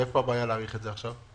ואיפה הבעיה להאריך את זה עכשיו?